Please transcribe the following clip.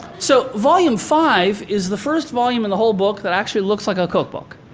so, volume five is the first volume in the whole book that actually looks like a cookbook.